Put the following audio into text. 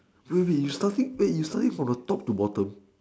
really you starting pay is starting from the top to the bottom